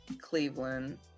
Cleveland